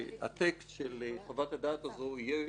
שהטקסט של חוות הדעת הזו יהיה בפני